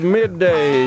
midday